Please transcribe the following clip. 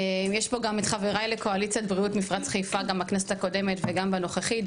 גם בכנסת הקודמת וגם בנוכחית,